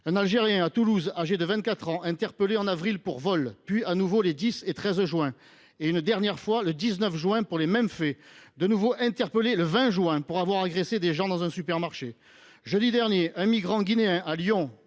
Un Algérien âgé de 24 ans a été interpellé à Toulouse en avril pour vol, puis de nouveau les 10 juin et 13 juin et une dernière fois le 19 juin pour les mêmes faits. Il a de nouveau été interpellé le 20 juin pour avoir agressé des gens dans un supermarché. Jeudi dernier, un migrant guinéen à Lyon